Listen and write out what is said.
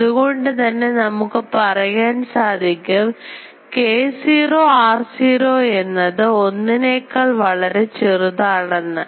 അതുകൊണ്ട്തന്നെ നമുക്ക് പറയാൻ സാധിക്കും k0 r0 എന്നത് ഒന്നിനേക്കാൾ വളരെ ചെറുതാണെന്ന്